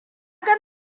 ga